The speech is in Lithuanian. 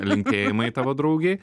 linkėjimai tavo draugei